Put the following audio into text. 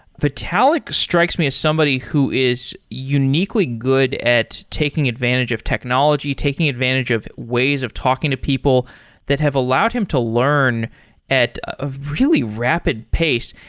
vitalik strikes me as somebody who is uniquely good at taking advantage of technology, taking advantage of ways of talking to people that have allowed him to learn at a really rapid pace.